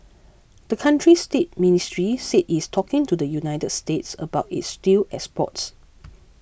the country's date ministry said it is talking to the United States about its steel exports